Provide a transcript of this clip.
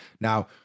now